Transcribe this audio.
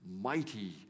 mighty